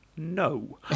No